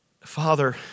Father